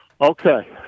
Okay